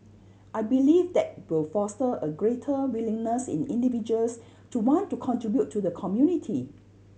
I believe that will foster a greater willingness in individuals to want to contribute to the community